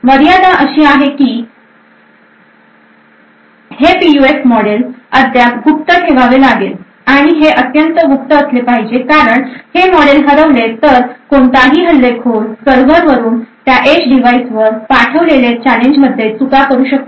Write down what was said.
मर्यादा अशी आहे की हे पीयूएफ मॉडेल अद्याप गुप्त ठेवावे लागेल आणि हे अत्यंत गुप्त असले पाहिजे कारण हे मॉडेल हरवले तर कोणताही हल्लेखोर सर्व्हरवरून त्या एज डिव्हाइसवर पाठविलेल्या चॅलेंज मध्ये चुका करू शकतो